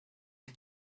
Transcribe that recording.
die